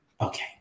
Okay